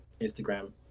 Instagram